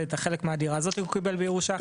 וחלק מהדירה הזאת הוא קיבל בירושה.